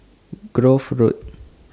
Grove Road